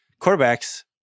Quarterbacks